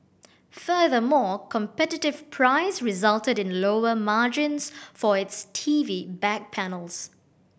furthermore competitive price resulted in lower margins for its T V back panels